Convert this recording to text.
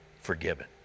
forgiven